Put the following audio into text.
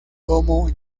como